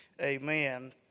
Amen